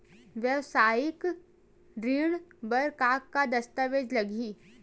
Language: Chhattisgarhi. वेवसायिक ऋण बर का का दस्तावेज लगही?